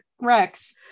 Rex